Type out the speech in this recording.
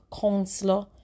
counselor